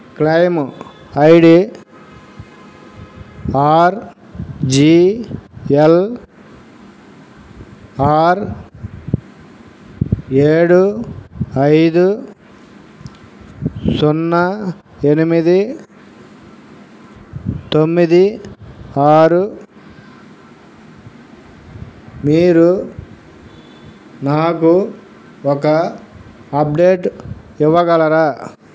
claim ID R G L R ఏడు ఐదు సున్నా ఎనిమిది తొమ్మిది ఆరు మీరు నాకు ఒక అప్డేట్ ఇవ్వగలరా